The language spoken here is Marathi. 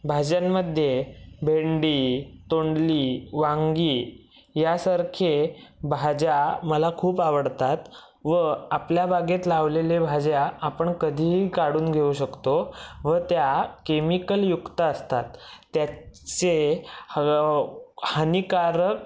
भाज्यांमध्ये भेंडी तोंडली वांगी यासारखे भाज्या मला खूप आवडतात व आपल्या बागेत लावलेले भाज्या आपण कधीही काढून घेऊ शकतो व त्या केमिकल युक्त असतात त्याचे ह हानिकारक